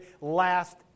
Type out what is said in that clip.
last